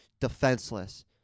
Defenseless